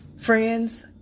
Friends